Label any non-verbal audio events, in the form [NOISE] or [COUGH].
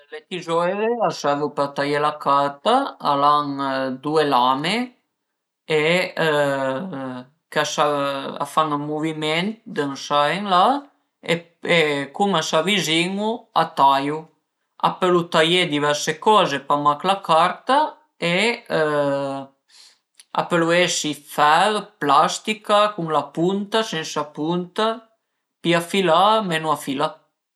Le tizoire a servu për taiè la carta, al a due lame e [HESITATION] ch'a serv, a fan ën muviment d'ën sa e la e cum a s'avizin-u a taiu. A pölu taiè diverse coze, pa mach la carta e a pölu esi d'fer, plastica, cun la punta, sensa la punta, pi afilà, menu afilà